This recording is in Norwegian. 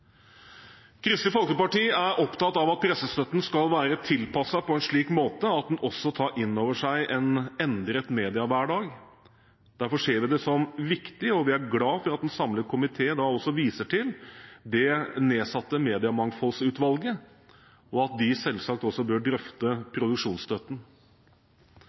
Kristelig Folkeparti er opptatt av at pressestøtten skal være tilpasset på en slik måte at den også tar inn over seg en endret mediehverdag. Derfor ser vi det som viktig, og vi er glad for at en samlet komité også viser til det nedsatte Mediemangfoldsutvalget, og at det selvsagt også bør drøfte